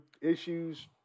issues